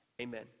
amen